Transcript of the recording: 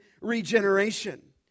regeneration